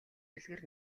үлгэр